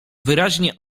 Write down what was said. wyraźnie